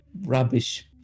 rubbish